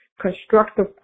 constructive